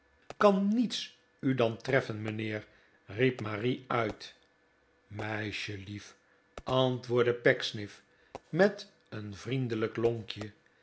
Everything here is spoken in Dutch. kan niets u dan treffen mijnheer riep marie uit meisjelief antwoordde pecksniff met een vriendelijk lonkje